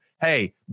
Hey